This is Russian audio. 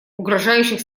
угрожающих